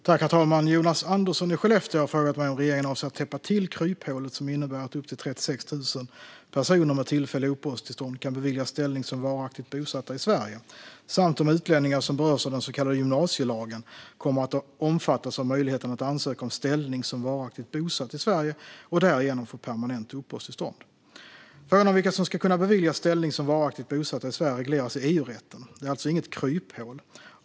Herr talman! Jonas Andersson i Skellefteå har frågat mig om regeringen avser att täppa till kryphålet som innebär att upp till 36 000 personer med tillfälliga uppehållstillstånd kan beviljas ställning som varaktigt bosatta i Sverige, samt om utlänningar som berörs av den så kallade gymnasielagen kommer att omfattas av möjligheten att ansöka om ställning som varaktigt bosatt i Sverige och därigenom få permanent uppehållstillstånd. Frågan om vilka som ska kunna beviljas ställning som varaktigt bosatta i Sverige regleras i EU-rätten. Det är alltså inget "kryphål".